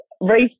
race